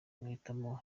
guhitamo